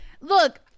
Look